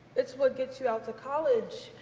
it's what get you out to college.